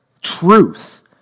truth